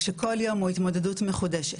כשכל יום הוא התמודדות מחודשת.